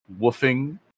woofing